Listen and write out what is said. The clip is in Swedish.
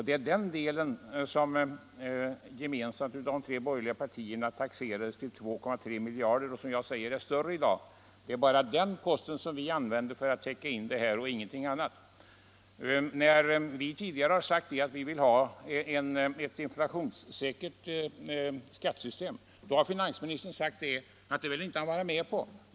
Det är den delen som gemensamt av de tre borgerliga partierna taxerats till 2,3 miljarder och som jag säger är större i dag. Det är bara den posten vi använder för att täcka in detta och ingenting annat. När vi tidigare sagt att vi vill ha ett inflationssäkert skattesystem har finansministern sagt att han inte vill vara med på det.